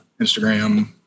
Instagram